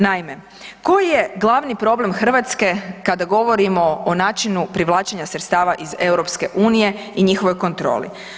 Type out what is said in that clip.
Naime, koji je glavni problem Hrvatske kada govorimo o načinu privlačenju sredstava iz EU i njihovoj kontroli?